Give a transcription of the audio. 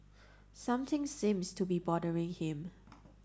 something seems to be bothering him